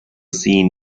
scene